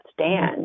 stand